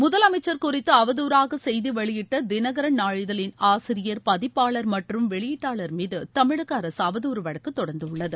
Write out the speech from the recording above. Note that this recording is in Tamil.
முதலமைச்சர் குறித்து அவதூறாக செய்தி வெளியிட்ட தினகரன் நாளிதழின் ஆசிரியர் பதிப்பாளர் மற்றும் வெளியீட்டாளர் மீது தமிழக அரசு அவதுறு வழக்கு தொடர்ந்துள்ளது